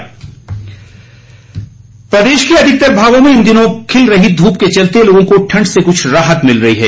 मौसम प्रदेश के अधिकतर भागों में इन दिनों खिल रही धूप के चलते लोगों को ठंड से कुछ राहत मिल रही है